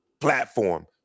platform